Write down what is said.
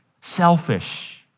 selfish